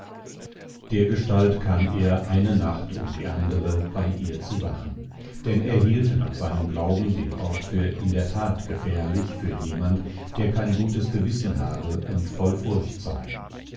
dergestalt kam er eine nacht um die andere bei ihr zu wachen denn er hielt nach seinem glauben den ort für in der tat gefährlich für jemand der kein gutes gewissen habe und voll furcht sei